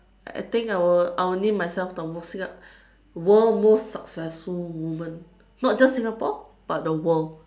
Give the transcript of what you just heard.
I think I will I will name myself the world most successful woman not just Singapore but the world